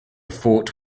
fort